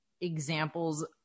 examples